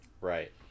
right